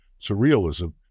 surrealism